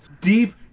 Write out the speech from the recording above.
deep